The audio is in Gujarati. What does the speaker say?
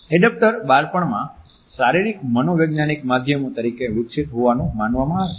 એડેપ્ટર બાળપણમાં શારીરિક મનોવૈજ્ઞાનિક માધ્યમો તરીકે વિકસિત હોવાનું માનવામાં આવે છે